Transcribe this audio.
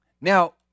Now